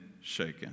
shaken